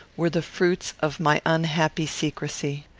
were the fruits of my unhappy secrecy.